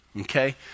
Okay